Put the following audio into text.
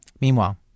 Meanwhile